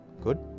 Good